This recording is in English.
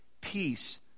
peace